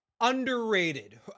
underrated